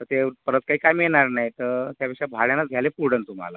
तर ते परत काही काही मिळणार नाही तर त्यापेक्षा भाड्यानेच घ्यायला पडेल तुम्हाला